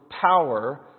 power